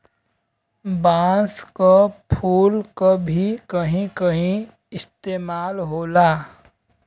बांस क फुल क भी कहीं कहीं इस्तेमाल होला